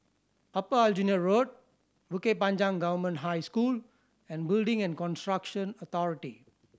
Upper Aljunied Road Bukit Panjang Government High School and Building and Construction Authority